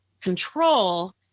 control